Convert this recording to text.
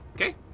Okay